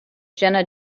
jena